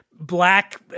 black